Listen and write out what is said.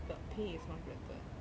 the pay is much better